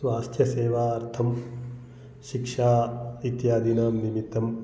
स्वास्थ्य सेवार्थं शिक्षा इत्यादीनां निमित्तं